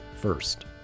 first